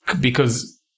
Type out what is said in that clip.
because-